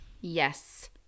Yes